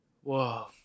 Whoa